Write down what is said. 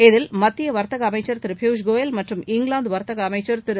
இதில் மத்திய வர்த்தக அமைச்சர் திரு பியூஷ் கோயல் மற்றும் இங்கிலாந்து வர்த்தக அமைச்சர் திரு